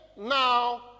now